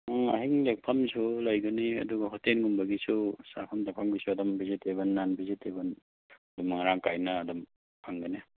ꯎꯝ ꯑꯍꯤꯡ ꯂꯦꯛꯐꯝꯁꯨ ꯂꯩꯒꯅꯤ ꯑꯗꯨꯒ ꯍꯣꯇꯦꯜꯒꯨꯝꯕꯒꯤꯁꯨ ꯆꯥꯐꯝ ꯊꯛꯐꯝꯒꯤꯁꯨ ꯑꯗꯨꯝ ꯕꯦꯖꯤꯇꯦꯕꯜ ꯅꯟ ꯕꯦꯖꯤꯇꯦꯕꯜ ꯑꯗꯨꯝ ꯃꯔꯥꯡ ꯀꯥꯏꯅ ꯑꯗꯨꯝ ꯐꯪꯒꯅꯤ